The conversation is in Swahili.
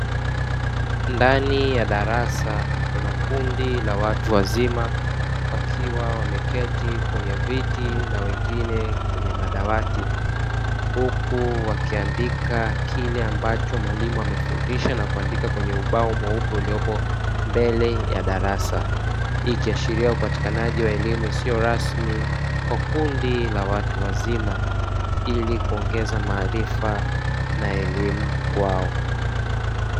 Ndani ya darasa kuna kundi la watu wazima wakiwa wameketi kwenye viti na wengine kwenye madawati, huku wakiandika kile ambacho mwalimu amefundisha na kuandika kwenye ubao mweupe uliopo mbele ya darasa, ikiashiria upatikanaji wa elimu isiyo rasmi kwa kundi la watu wazima ili kuongeza maarifa na elimu kwao.